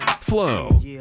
Flow